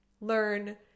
learn